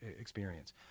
experience